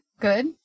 good